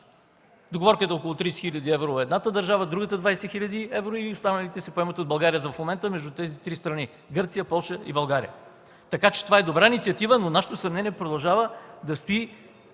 Договорката е около 30 хил. евро – едната държава, другата – 20 хил. евро, и останалите се поемат от България в момента; между тези три страни – Гърция, Полша и България. Това е добра инициатива, но нашето съмнение продължава да стои.